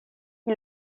qui